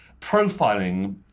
profiling